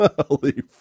Holy